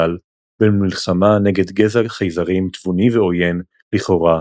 במלחמה נגד גזע חייזרים תבוני ועוין לכאורה,